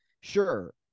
sure